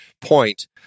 point